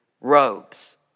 robes